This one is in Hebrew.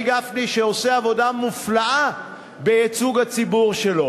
גפני שעושה עבודה מופלאה בייצוג הציבור שלו.